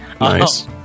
Nice